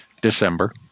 December